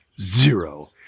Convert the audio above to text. zero